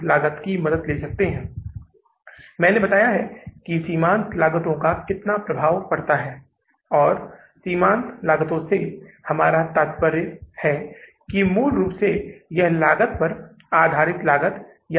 और हमने उस पिछली कक्षा में जहां छोड़ा था वह यह दिखा कर कि नकदी का शुरुआती शेष कितना है और तब न्यूनतम नकद शेष राशि जो चाहिए या रखी जानी चाहिए वह 25000 है